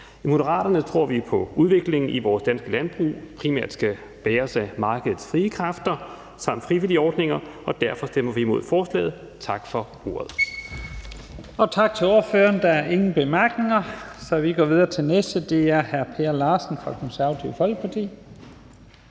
I Moderaterne tror vi på, at udvikling i vores danske landbrug primært skal bæres af markedets frie kræfter samt frivillige ordninger, og derfor stemmer vi imod forslaget. Tak for ordet. Kl. 14:24 Første næstformand (Leif Lahn Jensen): Tak til ordføreren. Der er ingen bemærkninger. Vi går videre til den næste, og det er hr. Per Larsen fra Det Konservative Folkeparti.